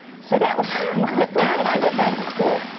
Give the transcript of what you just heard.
so that was my plan, and i went back to school.